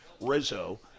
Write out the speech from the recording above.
Rizzo